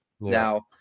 Now